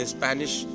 Spanish